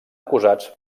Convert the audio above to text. acusats